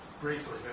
briefly